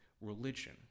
religion